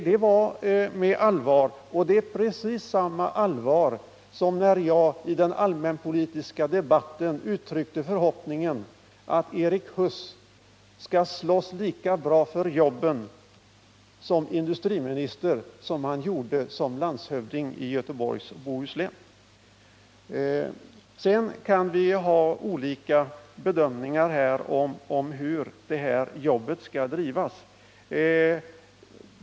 Det var lika allvarligt menat som när jag i den allmänpolitiska debatten uttryckte förhoppningen att Erik Huss skall slåss lika bra för jobben som industriminister som han gjorde som landshövding i Göteborgs och Bohus län. Naturligtvis kan vi ha olika bedömningar om hur det hela skall skötas.